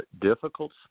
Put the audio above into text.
difficult